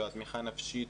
בהזנחה נפשית,